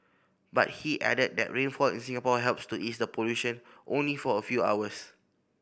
but he added that rainfall in Singapore helps to ease the pollution only for a few hours